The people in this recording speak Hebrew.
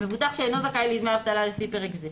מבוטח שאינו זכאי לדמי אבטלה לפי פרק זה,